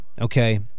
okay